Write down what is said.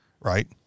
right